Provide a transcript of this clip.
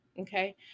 Okay